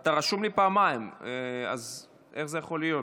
אתה רשום לי פעמיים, איך זה יכול להיות?